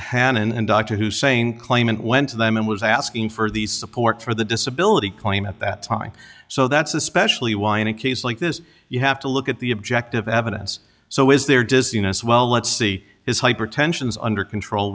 hannan and dr hussein claimant went to them and was asking for the support for the disability claim at that time so that's especially why in a case like this you have to look at the objective evidence so is there dizziness well let's see his hypertension is under control